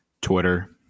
Twitter